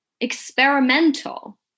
experimental